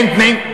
יש נאום בר-אילן.